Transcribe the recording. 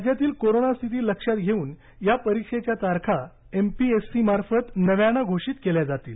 राज्यातील कोरोना स्थिती लक्षात घेऊन या परीक्षेघ्या तारखा एमपीएससी मार्फत नव्यानं घोषित केल्या जातील